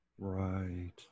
right